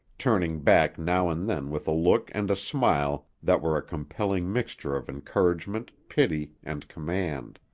turning back now and then with a look and a smile that were a compelling mixture of encouragement, pity, and command.